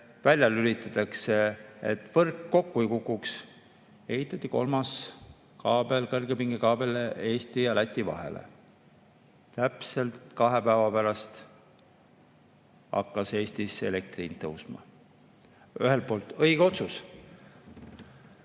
välja lülitatakse, siis võrk kokku ei kuku. Ehitati kolmas kaabel, kõrgepingekaabel Eesti ja Läti vahele. Täpselt kahe päeva pärast hakkas Eestis elektri hind tõusma. Ühelt poolt õige otsus.